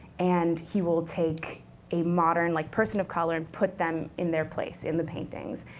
and he will take a modern like person of color, and put them in their place in the paintings.